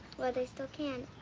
while they still can.